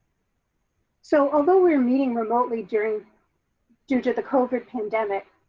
so although we're meeting remotely during due to the covid pandemic,